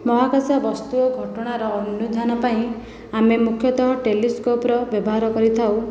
ମହାକାଶ ବସ୍ତୁ ଓ ଘଟଣାର ଅନୁଧ୍ୟାନ ପାଇଁ ଆମେ ମୁଖ୍ୟତଃ ଟେଲିସ୍କୋପର ବ୍ୟବହାର କରିଥାଉ